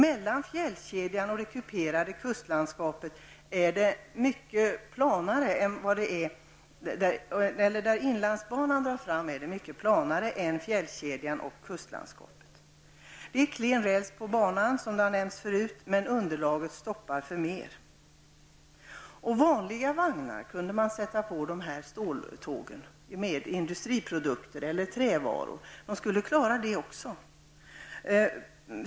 Där inlandsbanan går fram är det mycket planare än i fjällkedjan och i kustlandskapet. Det är klen räls på banan, vilket har nämnts förut, men underlaget klarar mer. På ståltåg kunde man koppla på vanliga vagnar med industriprodukter eller trävaror. De skulle klara det också.